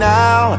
now